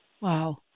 Wow